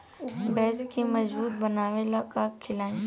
भैंस के मजबूत बनावे ला का खिलाई?